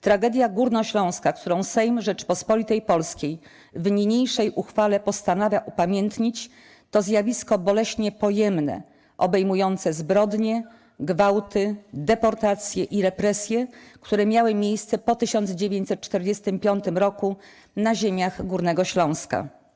Tragedia Górnośląska, którą Sejm Rzeczypospolitej Polskiej w niniejszej uchwale postanawia upamiętnić, to zjawisko boleśnie pojemne, obejmujące zbrodnie, gwałty, deportacje i represje, które miały miejsce po 1945 r. na ziemiach Górnego Śląska.